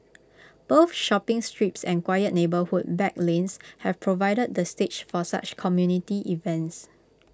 both shopping strips and quiet neighbourhood back lanes have provided the stage for such community events